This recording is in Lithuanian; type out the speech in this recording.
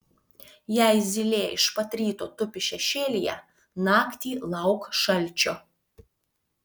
jei zylė iš pat ryto tupi šešėlyje naktį lauk šalčio